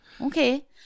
Okay